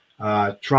Trump